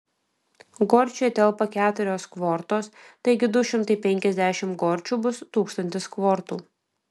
gorčiuje telpa keturios kvortos taigi du šimtai penkiasdešimt gorčių bus tūkstantis kvortų